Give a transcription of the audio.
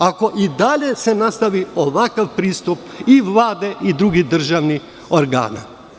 Ako i dalje se nastavi ovakav pristup i Vlade i drugih državnih organa.